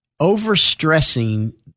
overstressing